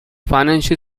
financial